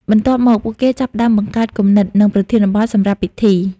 បន្ទាប់មក ពួកគេចាប់ផ្តើមបង្កើតគំនិត និងប្រធានបទសម្រាប់ពិធី។